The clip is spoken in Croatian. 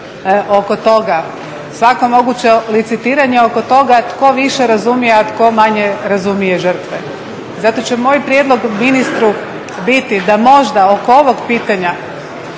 oko toga, svako moguće licitiranje oko toga tko više razumije, a tko manje razumije žrtve. Zato će moj prijedlog ministru biti da možda oko ovog pitanja